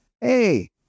hey